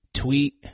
Tweet